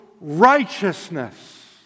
righteousness